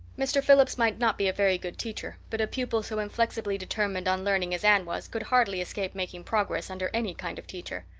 mr. phillips might not be a very good teacher but a pupil so inflexibly determined on learning as anne was could hardly escape making progress under any kind of teacher.